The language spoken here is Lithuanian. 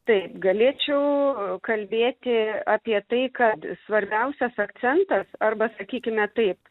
taip galėčiau kalbėti apie tai kad svarbiausias akcentas arba sakykime taip